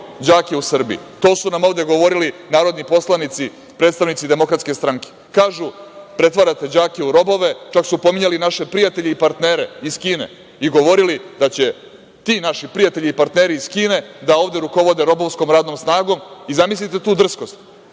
đake u Srbiji. To su nam ovde govorili narodni poslanici, predstavnici DS. Kažu – pretvarate đake u robove. Čak su pominjali i naše prijatelje i partnere iz Kine i govorili da će ti naši prijatelji i partneri iz Kine da ovde rukovode robovskom radnom snagom. Zamislite tu drskost,